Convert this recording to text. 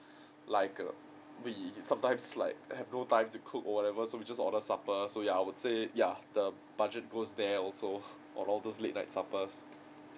like err we sometimes like I have no time to cook or whatever so we just order supper so ya I would say ya the budget goes there also on all those late night suppers